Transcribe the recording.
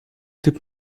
typ